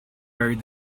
buried